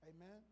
Amen